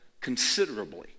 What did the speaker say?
considerably